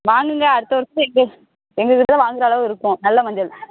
வாங்குங்க அடுத்த வருடம் எங்கள் எங்கள்கிட்ட வாங்கிற அளவு இருக்கும் நல்ல மஞ்சள்